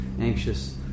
anxious